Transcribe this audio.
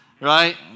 Right